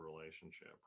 relationship